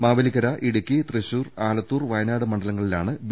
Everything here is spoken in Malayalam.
മാവേലിക്കര ഇടു ക്കി തൃശൂർ ആലത്തൂർ വയനാട് മണ്ഡലങ്ങളിലാണ് ബി